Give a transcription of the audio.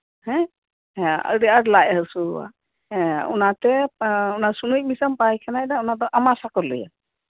ᱦᱮᱸ ᱦᱮᱸ ᱟᱹᱰᱤ ᱟᱸᱴ ᱞᱟᱡ ᱦᱟᱹᱥᱩᱣᱟ ᱦᱮᱸ ᱚᱱᱟᱛᱮ ᱥᱩᱱᱩᱪ ᱢᱮᱥᱟᱢ ᱯᱟᱭᱠᱷᱟᱱᱟᱭᱟ ᱡᱟᱸᱦᱟᱧ ᱞᱟᱹᱭᱫᱟ ᱚᱱᱟ ᱫᱚ ᱟᱢᱟᱥᱟ ᱠᱚ ᱞᱟᱹᱭᱟ